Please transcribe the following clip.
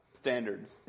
standards